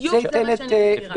בדיוק זה מה שאני מסבירה.